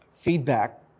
Feedback